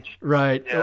right